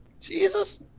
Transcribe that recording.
Jesus